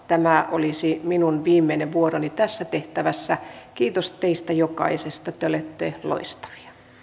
tämä olisi minun viimeinen vuoroni tässä tehtävässä kiitos teistä jokaisesta te olette loistavia